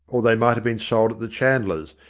or they might have been sold at the chandler's,